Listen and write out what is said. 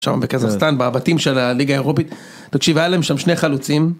שם בקזחסטן בבתים של הליגה האירופית, תקשיב היה להם שם שני חלוצים.